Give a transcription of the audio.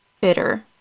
bitter